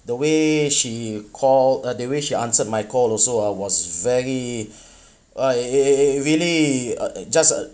the way she call uh the way she answered my call also uh was very uh it~ it really uh just uh